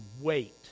wait